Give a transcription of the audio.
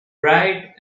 bright